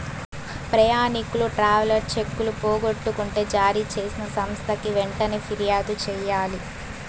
ప్రయాణికులు ట్రావెలర్ చెక్కులు పోగొట్టుకుంటే జారీ చేసిన సంస్థకి వెంటనే ఫిర్యాదు చెయ్యాలి